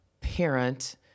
parent